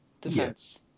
defense